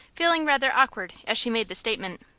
feeling rather awkward as she made the statement.